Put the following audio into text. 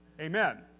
Amen